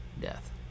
death